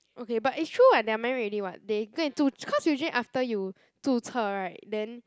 okay but it's true [what] they are married already [what] they go and cause usually after you 注册 [right] then